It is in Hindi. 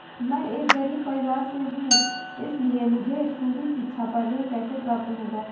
मैं एक गरीब परिवार से हूं इसलिए मुझे स्कूली शिक्षा पर ऋण कैसे प्राप्त होगा?